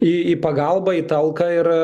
į pagalbą į talką ir